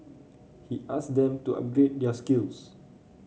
he asked them to upgrade their skills